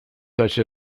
such